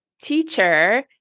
teacher